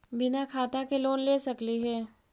बिना खाता के लोन ले सकली हे?